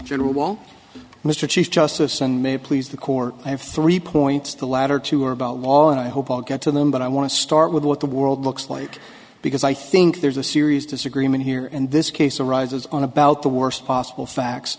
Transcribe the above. well mr chief justice and may please the court i have three points the latter two are about law and i hope i'll get to them but i want to start with what the world looks like because i think there's a serious disagreement here and this case arises on about the worst possible facts